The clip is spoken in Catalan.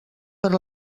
per